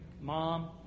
mom